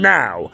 now